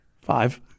five